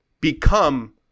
become